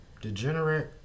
degenerate